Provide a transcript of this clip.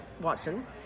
Watson